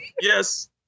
Yes